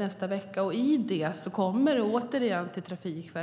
I regleringsbrevet till Trafikverket kommer det återigen